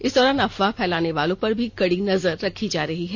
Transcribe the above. इस दौरान अफवह फैलाने वालों पर भी कड़ी नजर रखी जा रही है